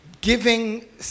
giving